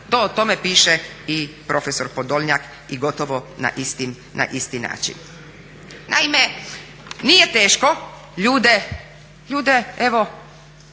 To o tome piše i profesor Podoljnjak i gotovo na isti način. Naime, nije teško ljude evo